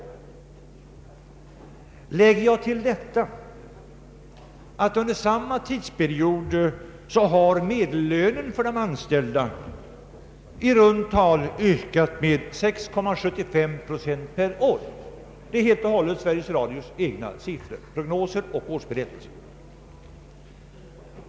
Medellönen för de anställda har under samma tidsperiod ökat med i runt tal 6,75 procent per år — allt enligt Sveriges Radios egna siffror, prognoser och årsberättelser.